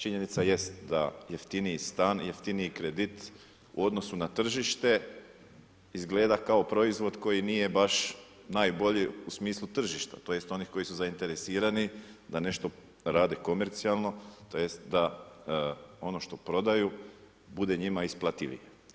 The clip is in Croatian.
Činjenica jest da jeftiniji stan, jeftiniji kredit u odnosu na tržište izgleda kao proizvod koji nije baš najbolji u smislu tržišta tj. onih koji su zainteresirani da nešto rade komercijalno tj. da ono što prodaju bude njima isplativije.